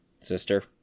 sister